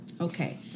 Okay